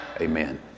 Amen